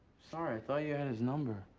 sorry, i thought you had his number.